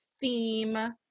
theme